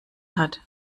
hat